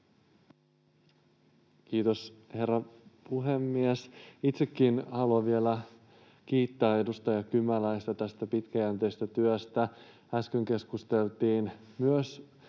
Kiitos, herra puhemies! Itsekin haluan vielä kiittää edustaja Kymäläistä tästä pitkäjänteisestä työstä. Äsken keskusteltiin myös